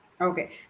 okay